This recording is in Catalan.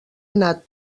anat